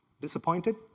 Disappointed